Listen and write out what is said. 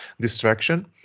distraction